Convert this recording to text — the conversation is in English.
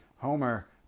Homer